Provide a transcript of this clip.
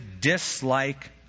dislike